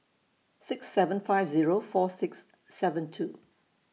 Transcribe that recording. six seven five Zero four six seven two